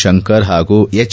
ಶಂಕರ್ ಹಾಗೂ ಎಚ್